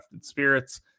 spirits